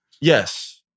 Yes